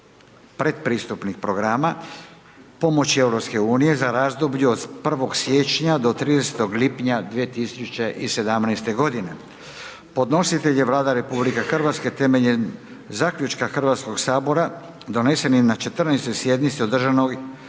pretpristupnih programa pomoći Europske unije za razdoblje od 1. siječnja do 30. lipnja 2017. godine Podnositelj je Vlada Republike Hrvatske, temeljem zaključka Hrvatskog sabora, donesen je na 14. sjednici održanoj